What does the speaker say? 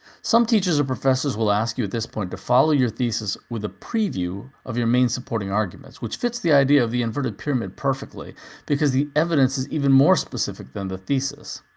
some teachers or professors will ask you at this point to follow your thesis with a preview of your main supporting arguments, which fits the idea of the inverted pyramid perfectly because the evidence is even more specific than the thesis.